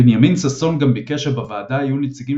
בנימין ששון גם ביקש שבוועדה יהיו נציגים